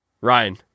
Ryan